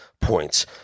points